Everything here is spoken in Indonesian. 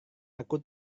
aku